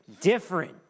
different